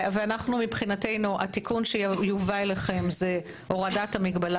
מבחינתנו התיקון שיובא אליכם זה הורדת המגבלה